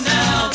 now